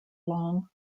long